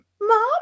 Mom